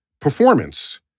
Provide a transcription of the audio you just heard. performance